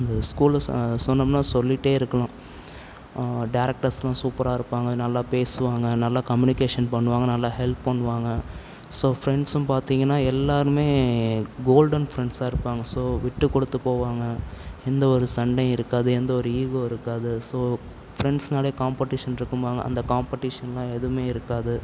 இந்த ஸ்கூலை சொன்னோமுன்னால் சொல்லிகிட்டே இருக்கலாம் டேரக்டர்ஸ்லாம் சூப்பராக இருப்பாங்க நல்லா பேசுவாங்க நல்ல கம்யூனிகேஷன் பண்ணுவாங்க நல்லா ஹெல்ப் பண்ணுவாங்க ஸோ ஃபிரெண்ட்ஸும் பார்த்திங்கன்னா எல்லோருமே கோல்டன் ஃபிரெண்ட்ஸாக இருப்பாங்க ஸோ விட்டுக்கொடுத்து போவாங்க எந்த ஒரு சண்டையும் இருக்காது எந்த ஒரு ஈகோ இருக்காது ஸோ ஃபிரெண்ட்ஸ்னாலே காம்ப்படேஷன் இருக்கும்பாங்க அந்த காம்ப்படேஷன் எதுவும் இருக்காது